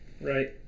Right